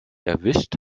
erwischt